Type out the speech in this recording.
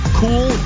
cool